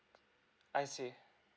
I see